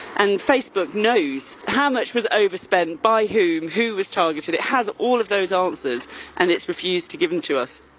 and facebook knows how much was overspent by whom, who was targeted. it has all of those answers and it's refused to give them to us.